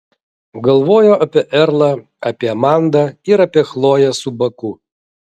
galvojo apie erlą apie amandą ir apie chloję su baku